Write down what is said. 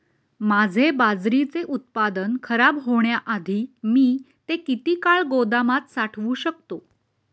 माझे बाजरीचे उत्पादन खराब होण्याआधी मी ते किती काळ गोदामात साठवू शकतो?